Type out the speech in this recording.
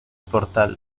portal